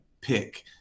pick